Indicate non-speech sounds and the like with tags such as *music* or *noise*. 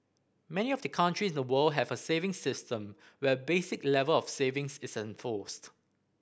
many of the countries in the world have a savings system where a basic *unintelligible* level of savings is enforced